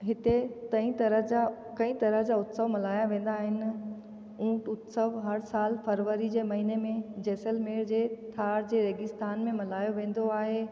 हिते तई तरह जा कई तरह जा उत्सव मल्हाया वेंदा आहिनि ऊंट उत्सव हर साल फरवरी जे महीने में जैसलमेर जे थार जे रेगिस्तान में मल्हायो वेंदो आहे